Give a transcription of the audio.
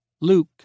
Luke